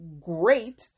great